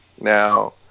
now